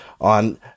on